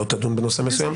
לא תדון בנושא מסוים.